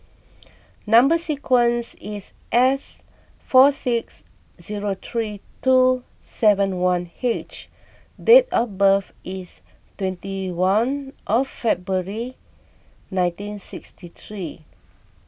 Number Sequence is S four six zero three two seven one H and date of birth is twenty one February nineteen sixty three